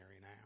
now